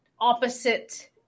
opposite